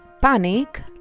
panic